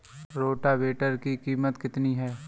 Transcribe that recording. Rotavator की कीमत कितनी है?